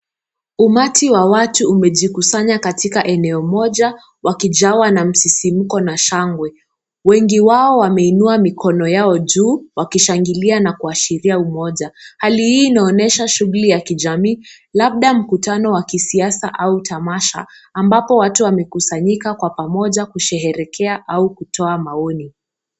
Umati wa watu umejikusanya katika eneo moja, wakijawa na msisimko na shangwe. Wengi wao wameinua mikono yao juu, wakishangilia na kuashiria umoja. Hali hii inaonyesha shughuli za kijamii, labda mkutano wa kisiasa au tamasha ambapo watu wamekusanyika kwa pamoja kusherehekea au kutoa maoni.